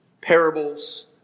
parables